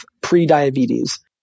pre-diabetes